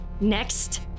Next